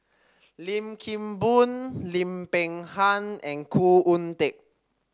Lim Kim Boon Lim Peng Han and Khoo Oon Teik